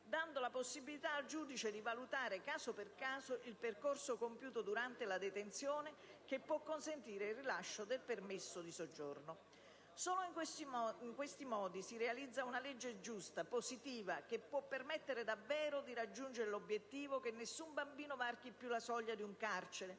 dando la possibilità al giudice di valutare caso per caso il percorso compiuto durante la detenzione, che può consentire il rilascio del permesso di soggiorno. Solo in questi modi si realizza una legge giusta, positiva, che può permettere davvero di raggiungere l'obiettivo che «nessun bambino varchi più la soglia di un carcere»,